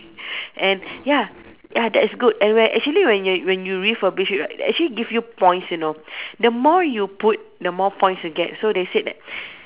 and ya ya that's good and when actually when you when you refurbish right they actually give you points you know the more you put the more points you get so they said that